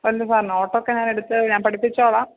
അല്ല സർ നോട്ടൊക്കെ ഞാൻ എടുത്തു ഞാൻ പഠിപ്പിച്ചോളാം